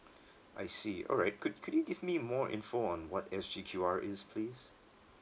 I see alright could could you give me more info on what S_G_Q_R is please